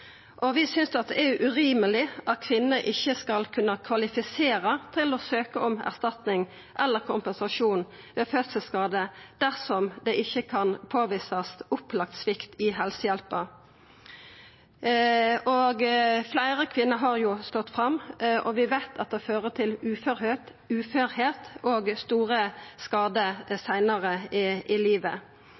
om erstatning eller kompensasjon ved fødselsskade dersom det ikkje kan påvisast opplagt svikt i helsehjelpa. Fleire kvinner har stått fram, og vi veit at det fører til uførleik og store skadar seinare i livet.